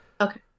Okay